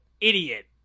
Idiot